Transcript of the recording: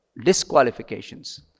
disqualifications